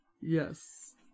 Yes